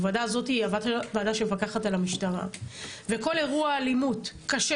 הוועדה הזו היא ועדה שמפקחת על המשטרה וכל אירוע אלימות קשה